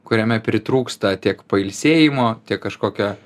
kuriame pritrūksta tiek pailsėjimo tiek kažkokio